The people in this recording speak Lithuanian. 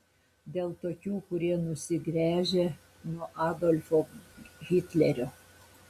dėl tokių kurie nusigręžė nuo adolfo hitlerio